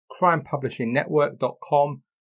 crimepublishingnetwork.com